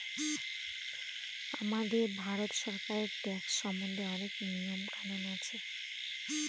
আমাদের ভারত সরকারের ট্যাক্স সম্বন্ধে অনেক নিয়ম কানুন আছে